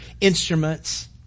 instruments